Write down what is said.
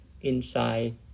inside